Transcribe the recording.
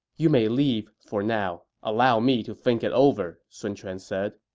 you may leave for now. allow me to think it over, sun quan said